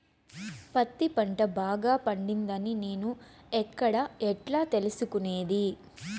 పత్తి పంట బాగా పండిందని నేను ఎక్కడ, ఎట్లా తెలుసుకునేది?